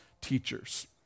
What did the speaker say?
teachers